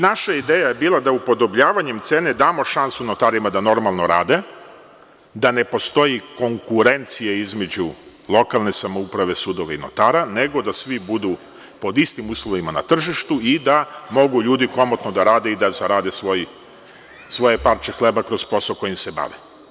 Naša ideja je bila da upodobljavanjem cene damo šansu notarima da normalno rade, da ne postoji konkurencije između lokalne samouprave, sudova i notara, nego da svi budu pod istim uslovima na tržištu i da mogu ljudi komotno da rade i da zarade svoje parče hleba kroz posao kojim se bave.